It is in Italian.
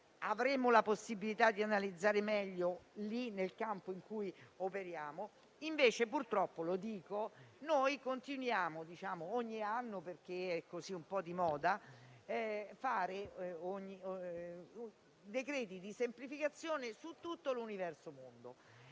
avremmo la possibilità di analizzare meglio nel campo in cui operiamo. Invece, purtroppo, continuiamo ogni anno, perché è diventato di moda, a fare decreti di semplificazione su tutto l'universo mondo;